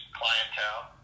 clientele